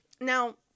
Now